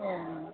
ꯎꯝ